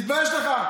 תתבייש לך.